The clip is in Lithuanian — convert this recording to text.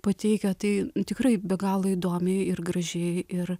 pateikia tai tikrai be galo įdomiai ir gražiai ir